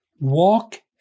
Walk